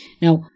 Now